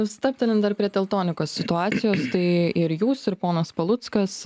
stabtelim dar prie teltonikos situacijos tai ir jūs ir ponas paluckas